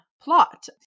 plot